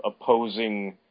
opposing